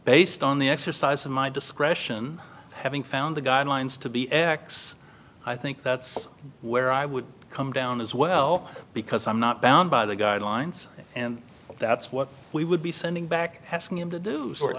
based on the exercise of my discretion having found the guidelines to be x i think that's where i would come down as well because i'm not bound by the guidelines and that's what we would be sending back asking him to do